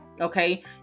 Okay